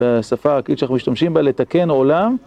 בשפה שאנחנו משתמשים בה לתקן עולם.